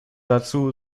dazu